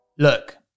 Look